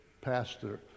pastor